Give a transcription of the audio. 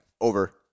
over